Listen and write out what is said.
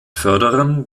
förderern